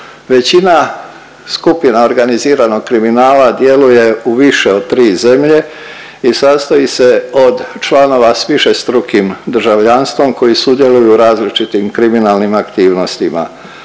Većina skupina organiziranog kriminala djeluje u više od 3 zemlje i sastoji se od članova s višestrukim državljanstvom koji sudjeluju u različitim kriminalnim aktivnostima,